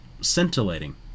scintillating